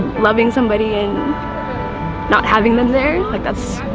loving somebody and not having them there. like that's